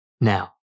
Now